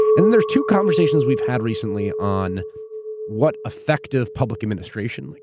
and there's two conversations we've had recently on what effective public administration, like